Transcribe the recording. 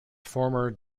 former